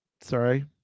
sorry